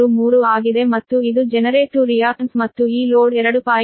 33 ಆಗಿದೆ ಮತ್ತು ಇದು ಜೆನರೇಟ್ ಟು ರಿಯಾಕ್ಟ್ನ್ಸ್ ಮತ್ತು ಈ ಲೋಡ್ 2